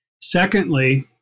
Secondly